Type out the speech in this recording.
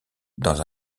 dans